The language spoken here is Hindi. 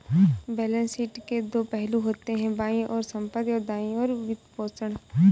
बैलेंस शीट के दो पहलू होते हैं, बाईं ओर संपत्ति, और दाईं ओर वित्तपोषण